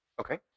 Okay